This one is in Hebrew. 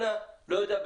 אנא לא יודע,